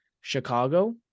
Chicago